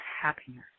happiness